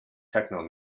techno